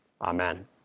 Amen